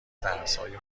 ترسهای